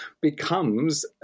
becomes